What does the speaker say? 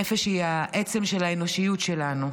נפש היא העצם של האנושיות שלנו.